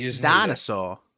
dinosaur